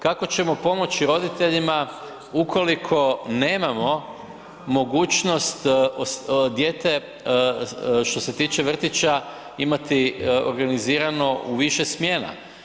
Kako ćemo pomoći roditeljima ukoliko nemamo mogućnost dijete što se tiče vrtića imati organizirano u više smjena?